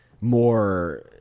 more